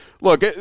look